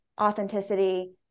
authenticity